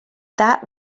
that